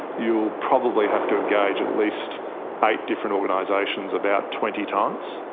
you will probably have to engage at least eight different organisations about twenty times,